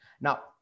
Now